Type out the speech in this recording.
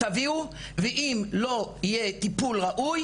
תביאו ואם לא יהיה טיפול ראוי,